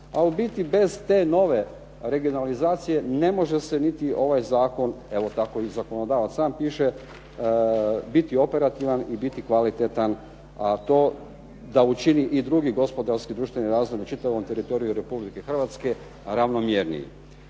a u biti bez te nove regionalizacije ne može se niti ovaj zakon, evo tako i zakonodavac sam piše, biti operativan i biti kvalitetan, a to da učini i drugi gospodarski društveni razvoj na čitavom teritoriju RH ravnomjernijim.